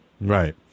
Right